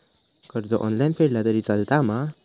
कर्ज ऑनलाइन फेडला तरी चलता मा?